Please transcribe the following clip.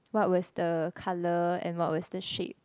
what was the colour and what was the shade